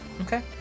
Okay